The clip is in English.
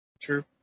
True